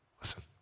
Listen